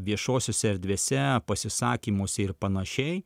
viešosiose erdvėse pasisakymuose ir panašiai